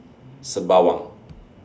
Sembawang